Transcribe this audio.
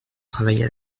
travailler